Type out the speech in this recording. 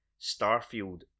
Starfield